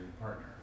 partner